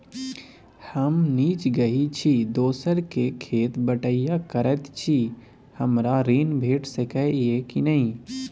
हम निजगही छी, दोसर के खेत बटईया करैत छी, हमरा ऋण भेट सकै ये कि नय?